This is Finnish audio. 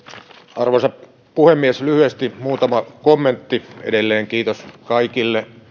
arvoisa puhemies lyhyesti muutama kommentti edelleen kiitos kaikille